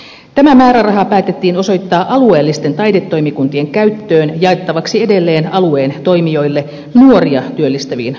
tä mä määräraha päätettiin osoittaa alueellisten taidetoimikuntien käyttöön jaettavaksi edelleen alueen toimijoille nuoria työllistäviin hankkeisiin